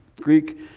Greek